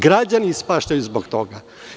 Građani ispaštaju zbog toga.